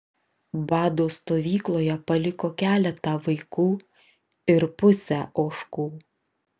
bado stovykloje paliko keletą vaikų ir pusę ožkų